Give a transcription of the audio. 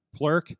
Plurk